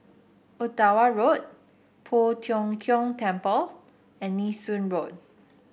Ottawa Road Poh Tiong Kiong Temple and Nee Soon Road